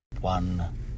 One